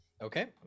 Okay